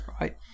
right